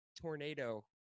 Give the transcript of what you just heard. tornado